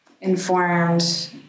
informed